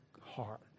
heart